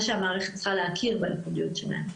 שהמערכת צריכה להכיר בייחודיות שלהם.